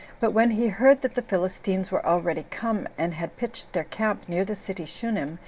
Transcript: but when he heard that the philistines were already come, and had pitched their camp near the city shunem,